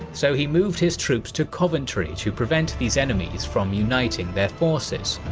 so he moved his troops to coventry to prevent these enemies from uniting their forces.